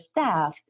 staff